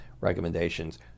recommendations